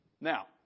Now